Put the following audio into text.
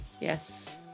yes